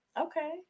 Okay